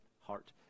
heart